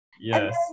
Yes